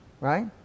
Right